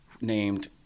named